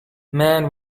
man